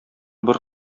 бер